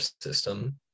system